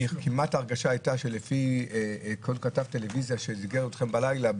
ההרגשה הייתה כמעט שלפי כל כתב טלוויזיה שסיקר אתכם בלילה,